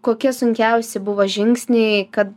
kokie sunkiausi buvo žingsniai kad